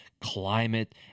climate